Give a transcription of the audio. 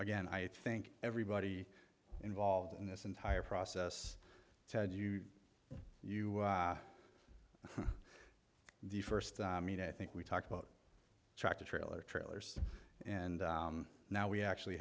again i think everybody involved in this entire process ted you you know the first thing i mean i think we talked about tractor trailer trailers and now we actually